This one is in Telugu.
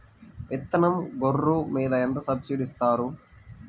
విత్తనం గొర్రు మీద ఎంత సబ్సిడీ ఇస్తారు?